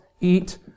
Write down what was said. eat